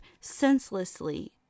senselessly